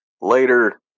Later